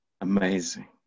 Amazing